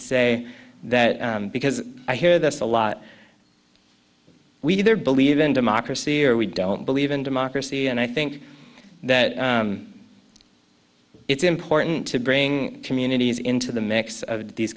say that because i hear this a lot we either believe in democracy or we don't believe in democracy and i think that it's important to bring communities into the mix of these